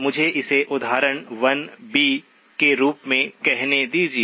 मुझे इसे उदाहरण 1b के रूप में कहने दीजिये